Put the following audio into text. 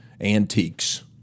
antiques